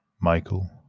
Michael